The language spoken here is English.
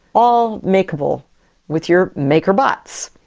all makeable with your maker bots.